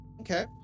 Okay